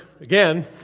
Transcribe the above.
Again